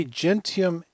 gentium